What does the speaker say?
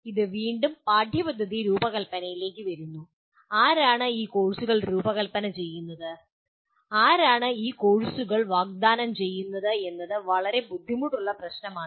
ഇത് വീണ്ടും പാഠ്യപദ്ധതി രൂപകൽപ്പനയിലേക്ക് വരുന്നു ആരാണ് ഈ കോഴ്സുകൾ രൂപകൽപ്പന ചെയ്യുന്നത് ആരാണ് ഈ കോഴ്സുകൾ വാഗ്ദാനം ചെയ്യുന്നത് എന്നത് വളരെ ബുദ്ധിമുട്ടുള്ള പ്രശ്നമാണ്